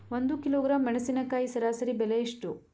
ಒಂದು ಕಿಲೋಗ್ರಾಂ ಮೆಣಸಿನಕಾಯಿ ಸರಾಸರಿ ಬೆಲೆ ಎಷ್ಟು?